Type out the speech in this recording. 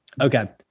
Okay